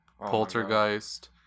Poltergeist